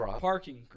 parking